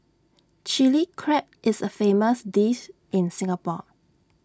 Chilli Crab is A famous dish in Singapore